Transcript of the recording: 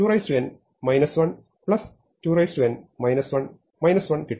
അതിനാൽ എനിക്ക് 2n 1 2n 1 1 കിട്ടും